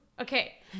Okay